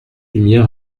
lumière